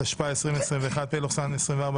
התשפ"א-2021 (פ/1601/24),